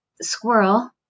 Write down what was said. squirrel